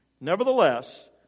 Nevertheless